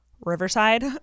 riverside